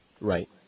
Right